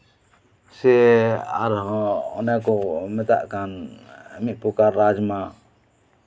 ᱥᱮ ᱟᱨᱦᱚᱸ ᱚᱱᱮᱠ ᱢᱮᱛᱟᱜ ᱠᱟᱱ ᱢᱤᱫ ᱯᱚᱨᱠᱟᱨ ᱨᱟᱡᱢᱟ